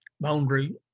boundary